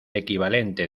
equivalente